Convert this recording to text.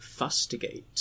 fustigate